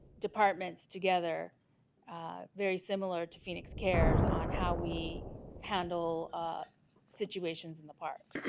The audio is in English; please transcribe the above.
departments together very similar to phoenix cares on how we handle situations in the park